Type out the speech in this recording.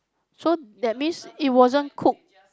so that means it wasn't cook